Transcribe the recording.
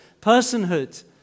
personhood